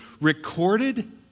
recorded